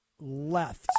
left